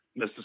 Mr